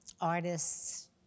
artists